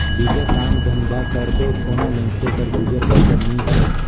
बिगर काम धंधा कर दो कोनो मइनसे कर गुजर बसर नी होए